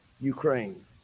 Ukraine